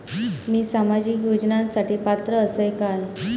मी सामाजिक योजनांसाठी पात्र असय काय?